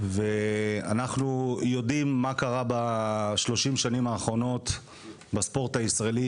ואנחנו יודעים מה קרה ב-30 שנים האחרונות בספורט הישראלי,